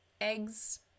eggs